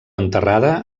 enterrada